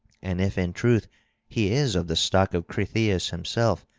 and if in truth he is of the stock of cretheus himself,